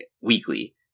weekly